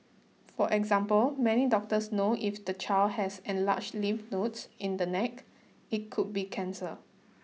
for example many doctors know if the child has enlarged lymph nodes in the neck it could be cancer